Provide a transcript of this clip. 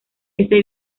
ese